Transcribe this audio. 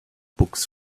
books